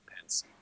Pence